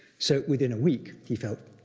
so within a week, he felt,